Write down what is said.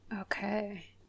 Okay